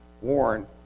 warn